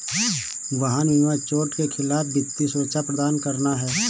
वाहन बीमा चोट के खिलाफ वित्तीय सुरक्षा प्रदान करना है